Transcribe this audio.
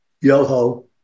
Yoho